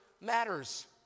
matters